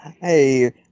Hey